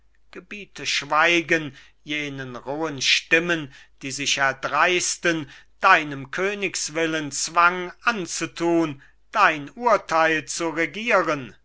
gebiete schweigen jenen rohen stimmen die sich erdreisten deinem königswillen zwang anzutun dein urteil zu regieren